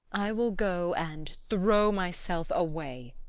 i will go and throw myself away